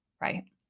right